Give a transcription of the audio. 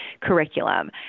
curriculum